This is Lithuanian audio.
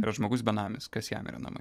yra žmogus benamis kas jam yra namai